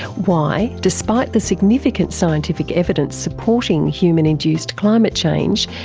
why, despite the significant scientific evidence supporting human induced climate change,